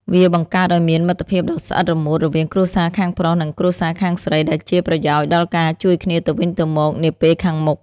វាបង្កើតឱ្យមានមិត្តភាពដ៏ស្អិតរមួតរវាងគ្រួសារខាងប្រុស និងគ្រួសារខាងស្រី ដែលជាប្រយោជន៍ដល់ការជួយគ្នាទៅវិញទៅមកនាពេលខាងមុខ។